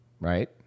right